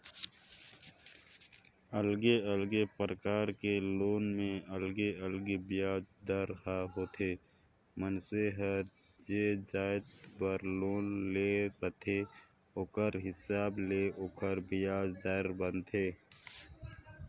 अलगे अलगे परकार के लोन में अलगे अलगे बियाज दर ह होथे, मइनसे हर जे जाएत बर लोन ले रहथे ओखर हिसाब ले ओखर बियाज दर बनथे